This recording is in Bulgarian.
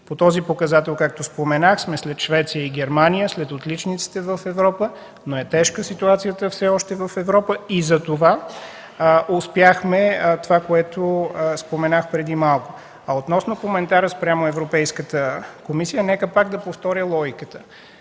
По този показател, както споменах, сме след Швеция и Германия, след отличниците в Европа. Ситуацията в Европа все още е тежка – затова успяхме онова, за което споменах преди малко. Относно коментара спрямо Европейската комисия – нека пак да повторя логиката.